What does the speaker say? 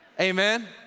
Amen